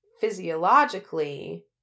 physiologically